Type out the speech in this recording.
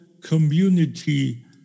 community